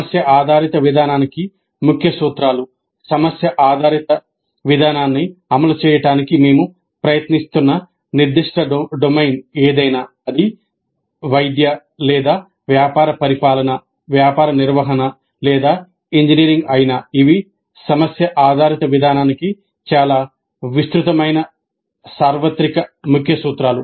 సమస్య ఆధారిత విధానానికి ముఖ్య సూత్రాలు సమస్య ఆధారిత విధానాన్ని అమలు చేయడానికి మేము ప్రయత్నిస్తున్న నిర్దిష్ట డొమైన్ ఏమైనా అది వైద్య లేదా వ్యాపార పరిపాలన వ్యాపార నిర్వహణ లేదా ఇంజనీరింగ్ అయినా ఇవి సమస్య ఆధారిత విధానానికి చాలా విస్తృతమైన సార్వత్రిక ముఖ్య సూత్రాలు